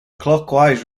clockwise